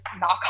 Knock